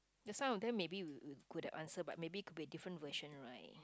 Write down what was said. ya some of them maybe good at answer but maybe could be a different version right